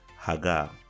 Hagar